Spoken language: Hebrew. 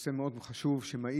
נושא מאוד חשוב שמעיק,